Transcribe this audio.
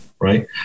right